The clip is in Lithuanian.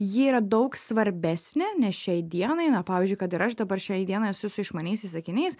ji yra daug svarbesnė nes šiai dienai na pavyzdžiui kad ir aš dabar šiai dienai esu su išmaniaisiais akiniais